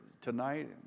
tonight